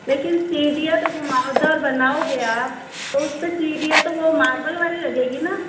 लेकिन सीढ़ियाँ तो घुमावदार बनाओगे आप तो उस पर सीढ़ियाँ तो मार्बल वाली लगेगी ना